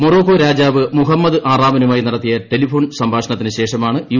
Morocco രാജാവ് Muhammad ആറാമനുമായി നടത്തിയ ടെലഫോൺ സംഭാഷണത്തിന് ശേഷമാണ് യു